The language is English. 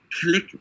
click